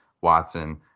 Watson